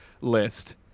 list